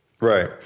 Right